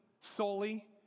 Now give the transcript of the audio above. solely